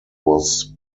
was